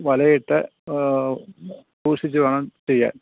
വല ഇട്ട് സൂക്ഷിച്ച് വേണം ചെയ്യാൻ